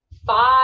five